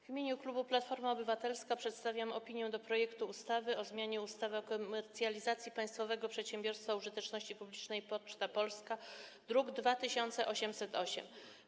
W imieniu klubu Platforma Obywatelska przedstawiam opinię dotyczącą projektu ustawy o zmianie ustawy o komercjalizacji państwowego przedsiębiorstwa użyteczności publicznej „Poczta Polska”, druk nr 2808.